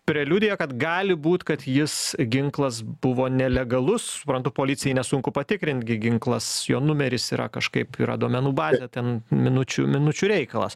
preliudija kad gali būt kad jis ginklas buvo nelegalus suprantu policijai nesunku patikrint gi ginklas jo numeris yra kažkaip yra duomenų bazė ten minučių minučių reikalas